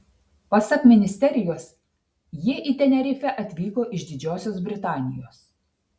pasak ministerijos jie į tenerifę atvyko iš didžiosios britanijos